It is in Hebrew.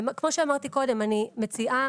כמו שאמרתי קודם, אני מציעה